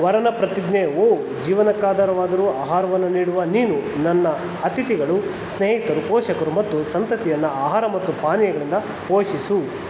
ವರನ ಪ್ರತಿಜ್ಞೆ ಓ ಜೀವನಕ್ಕಾಧಾರವಾದರೂ ಆಹಾರವನ್ನು ನೀಡುವ ನೀನು ನನ್ನ ಅತಿಥಿಗಳು ಸ್ನೇಹಿತರು ಪೋಷಕರು ಮತ್ತು ಸಂತತಿಯನ್ನು ಆಹಾರ ಮತ್ತು ಪಾನೀಯಗಳಿಂದ ಪೋಷಿಸು